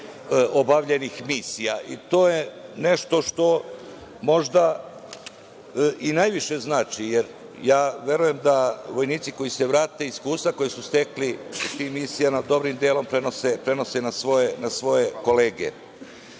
obavljenih misija. To je nešto što možda i najviše znači jer ja verujem da vojnici koji se vrate i iskustva koja su stekli u tim misijama dobrim delom prenose na svoje